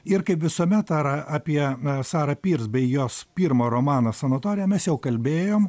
ir kaip visuomet ar apie sarą pyrs bei jos pirmą romaną sanatorija mes jau kalbėjom